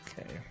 Okay